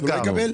אתה אומר: